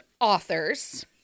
authors